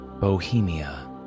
Bohemia